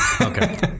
Okay